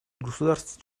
государств